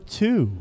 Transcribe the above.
two